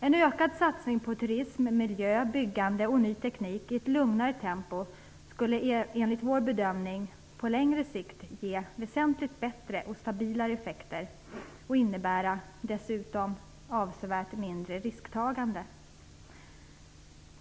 En ökad satsning på turism, miljö, byggande och ny teknik i ett lugnare tempo skulle enligt vår bedömning ge väsentligt bättre och stabilare effekter på längre sikt och dessutom innebära ett avsevärt mindre risktagande.